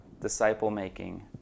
disciple-making